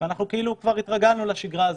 וכאילו התרגלנו לשגרה הזו.